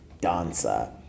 dancer